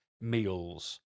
meals